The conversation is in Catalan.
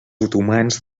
otomans